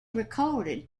recorded